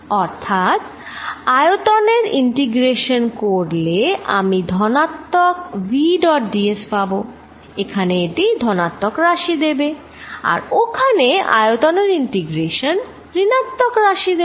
অর্থাৎ আয়তনের ইন্টিগ্রেশন করলে আমি ধনাত্মক v ডট d s পাব এখানে এটি ধনাত্মক রাশি দেবে আর ওখানে আয়তনের ইন্টিগ্রেশন ঋণাত্মক রাশি দেবে